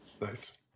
Nice